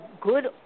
good